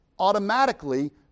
automatically